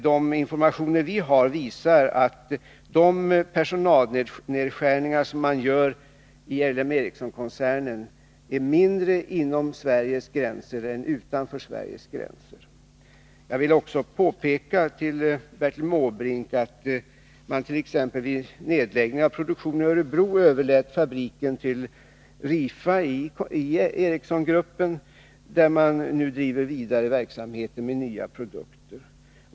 De informationer vi har visar att de personalnedskärningar som man gör vid L M Ericsson-koncernen är mindre inom Sveriges gränser än utanför Sveriges gränser. Jag vill också påpeka för Bertil Måbrink att man t.ex. vid nedläggningen av produktionen i Örebro överlät fabriken till Rifa i L M Ericsson-gruppen, där man nu driver verksamheten vidare med nya produkter.